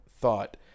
thought